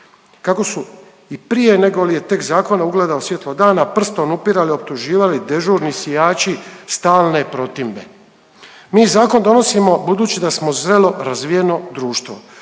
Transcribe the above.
Kako su i prije nego li je tek zakon ugledao svijetlo dana, prstom upirali, optuživali dežurni sijači stalne protimbe. Mi zakon donosimo budući da smo zrelo razvijeno društvo